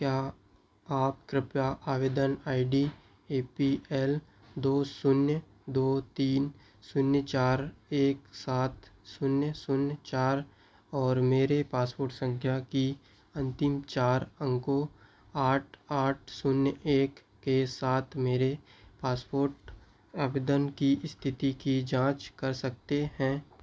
क्या आप कृपया आवेदन I D A P L दो शून्य दो तीन शून्य चार एक सात शून्य शून्य चार और मेरे पासपोर्ट सँख्या के अन्तिम चार अंकों आठ आठ शून्य एक के साथ मेरे पासपोर्ट आवेदन की इस्थिति की जाँच कर सकते हैं